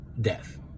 Death